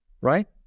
right